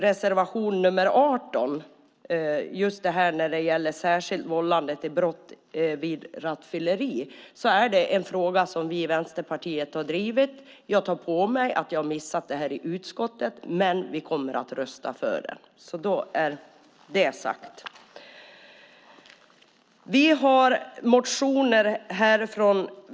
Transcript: Reservation nr 18, Särskilt vållandebrott vid rattfylleri, är en fråga som vi i Vänsterpartiet har drivit. Jag tar på mig att jag missade reservationen i utskottsarbetet, men vi kommer att rösta för reservationen.